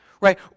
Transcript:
Right